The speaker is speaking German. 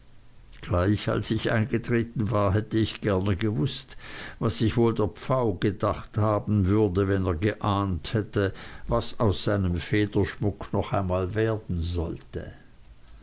gleich als ich eingetreten war hätte ich gerne gewußt was sich wohl der pfau gedacht haben würde wenn er geahnt hätte was aus seinem federschmuck noch einmal werden sollte